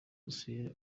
dosiye